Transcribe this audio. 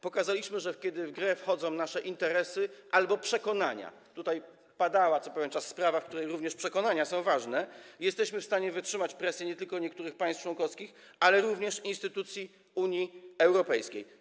Pokazaliśmy, że kiedy w grę wchodzą nasze interesy albo przekonania - tutaj padała co pewien czas sprawa, w której również przekonania są ważne - jesteśmy w stanie wytrzymać presję nie tylko niektórych państw członkowskich, ale również instytucji Unii Europejskiej.